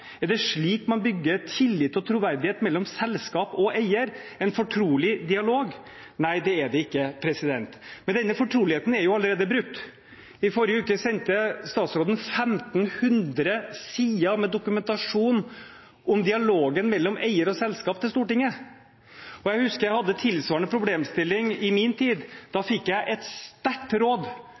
Er det slik man bygger tillit og troverdighet mellom selskap og eier – en fortrolig dialog? Nei, det er det ikke. Men denne fortroligheten er jo allerede brutt. I forrige uke sendte statsråden 1 500 sider med dokumentasjon om dialogen mellom eier og selskap til Stortinget. Jeg husker jeg hadde tilsvarende problemstilling i min tid. Da fikk jeg et sterkt råd